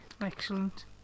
Excellent